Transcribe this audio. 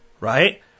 right